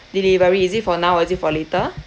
delivery is it for now or is it for later